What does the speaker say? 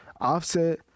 Offset